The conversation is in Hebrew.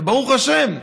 וברוך השם.